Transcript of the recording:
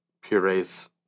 purees